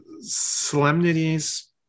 solemnities